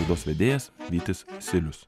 laidos vedėjas vytis silius